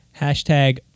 Hashtag